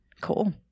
Cool